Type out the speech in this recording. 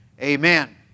Amen